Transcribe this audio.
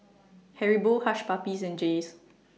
Haribo Hush Puppies and Jays